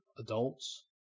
adults